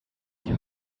die